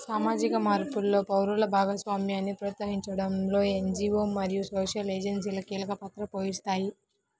సామాజిక మార్పులో పౌరుల భాగస్వామ్యాన్ని ప్రోత్సహించడంలో ఎన్.జీ.వో మరియు సోషల్ ఏజెన్సీలు కీలక పాత్ర పోషిస్తాయి